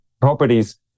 properties